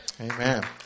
Amen